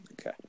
Okay